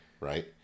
Right